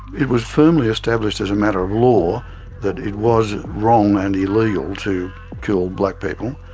it was firmly established as a matter of law that it was wrong and illegal to kill black people.